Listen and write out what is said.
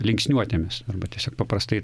linksniuotėmis arba tiesiog paprastai